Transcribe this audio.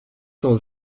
cent